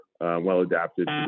well-adapted